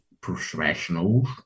professionals